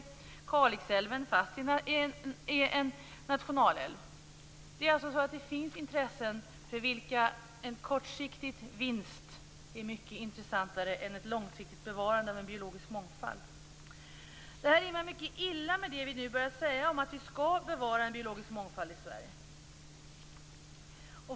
Också Kalixälven är hotad, fastän den är en nationalälv. Det finns alltså intressen för vilka en kortsiktig vinst är mycket intressantare än ett långsiktigt bevarande av en biologisk mångfald. Det här rimmar mycket illa med det som vi nu börjar säga om att vi skall bevara en biologisk mångfald i Sverige.